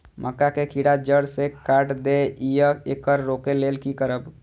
मक्का के कीरा जड़ से काट देय ईय येकर रोके लेल की करब?